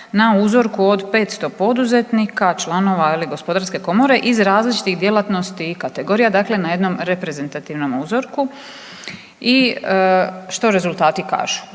na uzorku od 500 poduzetnika, članova Gospodarske komore iz različitih djelatnosti i kategorija, dakle na jednom reprezentativnom uzorku. I što rezultati kažu?